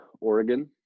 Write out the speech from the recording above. Oregon